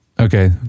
Okay